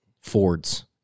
Fords